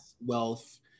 wealth